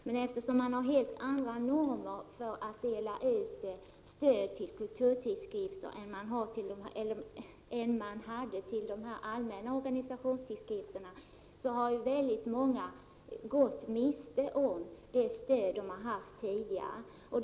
Men eftersom man har helt andra normer för att dela ut stöd till kulturtidskrifter än man hade för att ge stöd till de allmänna organisationstidskrifterna har många gått miste om det stöd de tidigare hade.